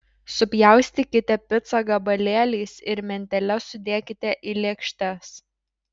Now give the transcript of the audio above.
supjaustykite picą gabalėliais ir mentele sudėkite į lėkštes